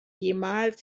jemals